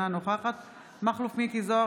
אינה נוכחת מכלוף מיקי זוהר,